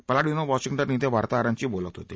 Palladino Washington ॐ वार्ताहरांशी बोलत होते